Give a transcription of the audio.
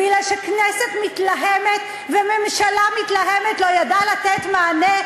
מפני שכנסת מתלהמת וממשלה מתלהמת לא ידעו לתת מענה,